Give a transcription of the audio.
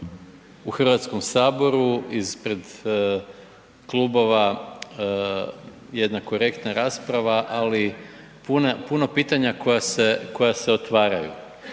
zastupnika u HS ispred klubova, jedna korektna rasprava, ali puno pitanja koja se otvaraju.